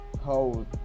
hold